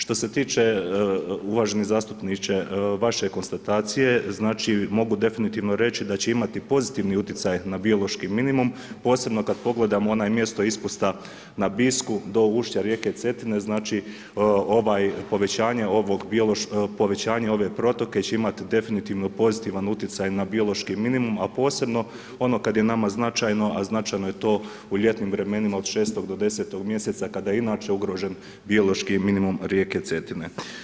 Što se tiče uvaženi zastupniče vaše konstatacije, znači mogu definitivno reći da će imati pozitivni utjecaj na biološki minimum posebno kad pogledamo mjesto ispusta na Bisku do ušća rijeke Cetine, znači povečanje ove protoke će imati definitivno pozitivan utjecaj na biološki minimum, a posebno ono kad je nama značajno, a značajno je to u ljetnim vremenima od 6. do 10. mjeseca kada i inače ugrožen biološki minimum rijeke Cetine.